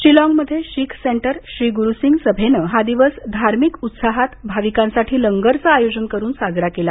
शिलोंगमध्ये शीख सेंटर श्री गुरुसिंग सभेने हा दिवस धार्मिक उत्साहात भाविकांसाठी लंगरचे आयोजन करून साजरा केला